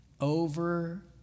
over